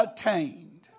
attained